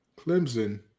Clemson